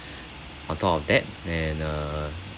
on top of that and uh